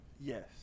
yes